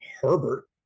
Herbert